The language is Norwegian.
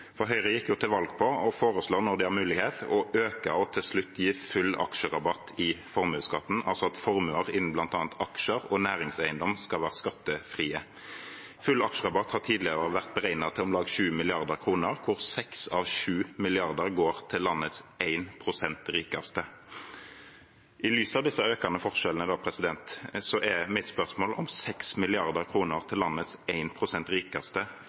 Høyre gikk jo til valg på å foreslå – når de har mulighet – å øke og til slutt gi full aksjerabatt i formuesskatten, altså at formuer innenfor bl.a. aksjer og næringseiendom skal være skattefrie. Full aksjerabatt har tidligere vært beregnet til om lag 20 mrd. kr, hvor 6 av 7 mrd. kr går til landets 1 pst. rikeste. I lys av disse økende forskjellene er mitt spørsmål om 6 mrd. kr til landets 1 pst. rikeste